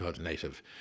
native